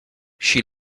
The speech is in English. she